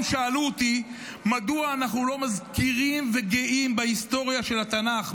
שאלו אותי מדוע אנחנו לא מזכירים וגאים בהיסטוריה של התנ"ך,